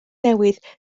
newydd